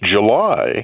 July